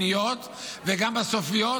שניות וגם סופיות,